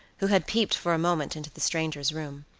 who had peeped for a moment into the stranger's room.